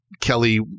Kelly